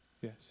yes